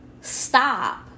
stop